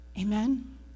Amen